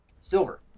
silver